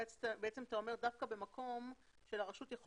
שבעצם אתה אומר שזה במקום שלרשות יכול